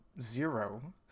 zero